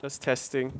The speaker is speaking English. test testing